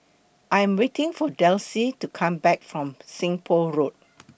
I Am waiting For Desi to Come Back from Seng Poh Road